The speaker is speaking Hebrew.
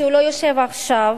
שלא יושב עכשיו,